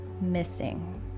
missing